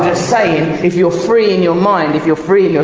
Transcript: ah saying if you're free in your mind, if you're free in your,